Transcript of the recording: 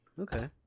Okay